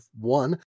one